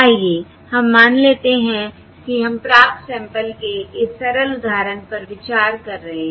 आइए हम मान लेते हैं कि हम प्राप्त सैंपल्स के इस सरल उदाहरण पर विचार कर रहे हैं